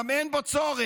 גם אין בו צורך,